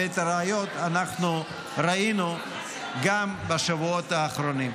ואת הראיות אנחנו ראינו גם בשבועות האחרונים.